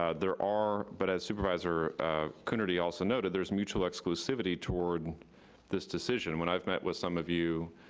ah there are, but as supervisor coonerty also noted, there's mutual exclusivity toward this decision. when i've met with some of you